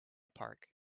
park